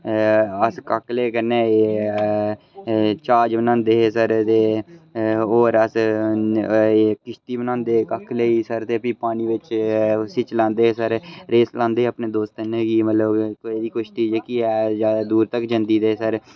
अस काकलें कन्नै ज्हाज बनांदे ते होर अस एह् किश्ती बनांदे काकले दी सरदे फ्ही पानी बिच्च उसी चलांदे फेर रेस लांदे अपने दोस्ते कन्नै कि मतलब कोह्दी किश्ती जेह्की ऐ ज्यादा दूर तक जंदी ऐ ते सर